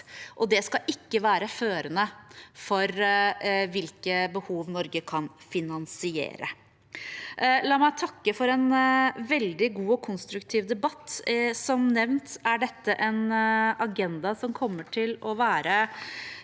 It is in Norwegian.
det skal ikke være førende for hvilke behov Norge kan finansiere. La meg takke for en veldig god og konstruktiv debatt. Som nevnt er dette en agenda som kommer til å være